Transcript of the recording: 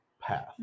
path